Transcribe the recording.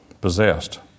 Possessed